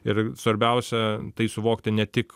ir svarbiausia tai suvokti ne tik